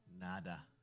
Nada